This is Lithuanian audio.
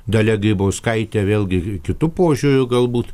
dalia grybauskaitė vėlgi kitu požiūriu galbūt